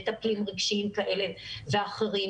מטפלים רגשיים כאלה ואחרים,